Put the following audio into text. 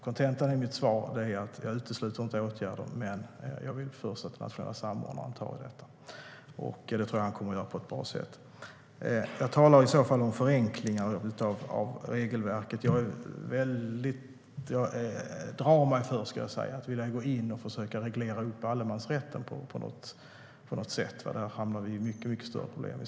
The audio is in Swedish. Kontentan i mitt svar är att jag inte utesluter åtgärder, men jag vill först att den nationella samordnaren tar i detta, vilket jag tror att han kommer att göra på ett bra sätt. Jag talar i så fall om förenklingar av regelverket. Jag drar mig för att försöka reglera allemansrätten på något sätt, för då hamnar vi i mycket större problem.